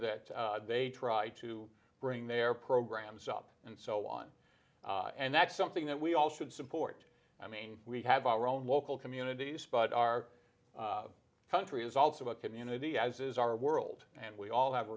that they try to bring their programs up and so on and that's something that we all should support i mean we have our own local communities but our country is also about community as is our world and we all have a